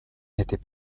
n’était